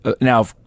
Now